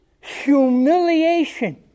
humiliation